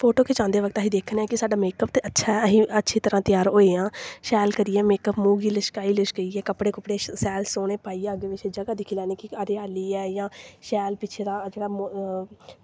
photo खिचदे बक्त अस दिक्खने आं कि साड्ढा मेकअप ते अच्छा ऐ असीं अच्छी तरह् त्यार होए आं शैल करियै मेकअप मूंह् गी लिशकाई लशकुइयै कपड़े कूपड़े शैल सोह्ने पाइयै अग्गें पिच्छें जगह् दिक्खी लैन्नी कि हरियाली ऐ जां शैल पिच्छें दा जेह्ड़ा मो